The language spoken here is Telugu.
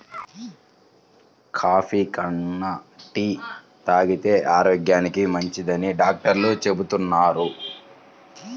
కాఫీ కన్నా టీ తాగితేనే ఆరోగ్యానికి మంచిదని డాక్టర్లు చెబుతున్నారు